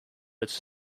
its